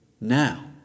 now